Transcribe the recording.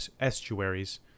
estuaries